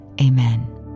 Amen